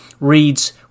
reads